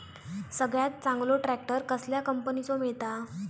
सगळ्यात चांगलो ट्रॅक्टर कसल्या कंपनीचो मिळता?